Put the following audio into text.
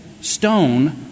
stone